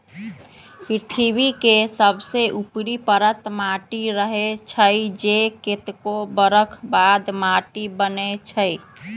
पृथ्वी के सबसे ऊपरी परत माटी रहै छइ जे कतेको बरख बाद माटि बनै छइ